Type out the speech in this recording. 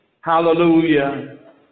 Hallelujah